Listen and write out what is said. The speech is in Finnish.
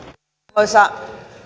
arvoisa